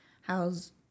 How's